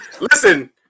listen